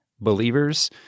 believers